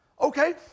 Okay